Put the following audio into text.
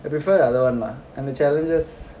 I prefer the other one lah and the challenges